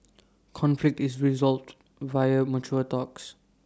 conflict is resolved via mature talks